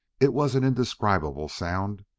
it was an indescribable sound,